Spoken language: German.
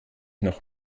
noch